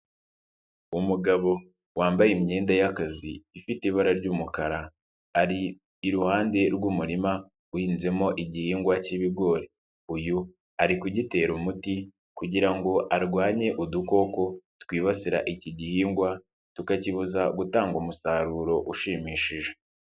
Umugabo wambaye imyenda y'akazi ifite ibara ry'umukara, ari iruhande rw'umurima uhinzemo igihingwa cy'ibigori, uyu ari kugitera umuti kugira ngo arwanye udukoko twibasira iki gihingwa, tukakibuza gutanga umusaruro ushimishije.